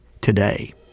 today